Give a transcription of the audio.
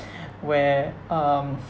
where um